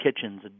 kitchens